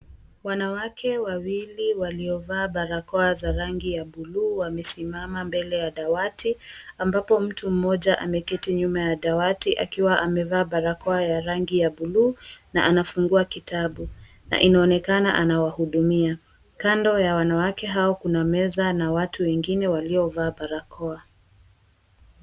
Wanawake wawili walio vaa barakoa za rangi ya buluu, wamesimama mbele ya dawati. Ambapo mtu mmoja ameketi nyuma ya dawati, akiwa amevaa barakoa ya rangi ya buluu na anafungua kitabu, na inaonekana anawahudumia. Kando ya wanawake hao, kuna meza na watu wengine waliovaa barakoa.